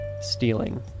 stealing